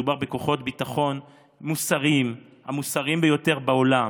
מדובר בכוחות הביטחון המוסריים ביותר בעולם.